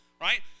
right